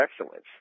excellence